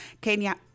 Kenya